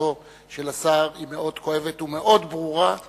תשובתו של השר מאוד כואבת ומאוד ברורה,